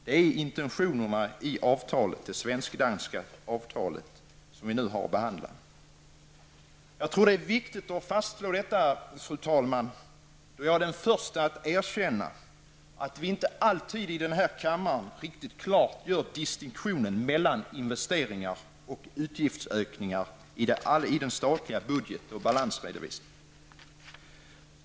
Det är intentionerna i det svenskdanska avtalet, som vi nu har att behandla. Jag tror att det är viktigt att fastslå detta, fru talman, då jag är den förste att erkänna att vi inte alltid i den här kammaren riktigt klart gör distinktionen mellan investeringar och utgiftsökningar i den statliga budget och balansredovisningen.